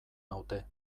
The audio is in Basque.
naute